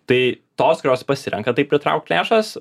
tai tos kurios pasirenka taip pritraukt lėšas